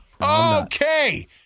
Okay